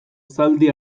zaldi